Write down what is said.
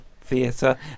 theatre